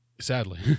sadly